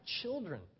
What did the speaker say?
children